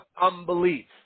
unbelief